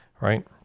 right